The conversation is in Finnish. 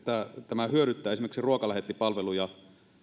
tämä hyödyttää esimerkiksi ruokalähettipalveluja